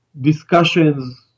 discussions